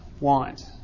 want